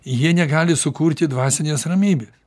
jie negali sukurti dvasinės ramybės